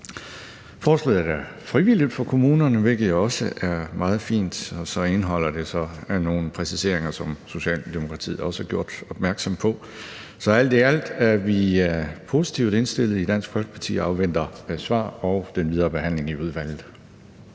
Det bliver frivilligt for kommunerne, hvilket også er meget fint, og så indeholder forslaget så nogle præciseringer, som Socialdemokratiet også har gjort opmærksom på. Alt i alt er vi positivt indstillede i Dansk Folkeparti, og vi afventer svar og den videre behandling i udvalget.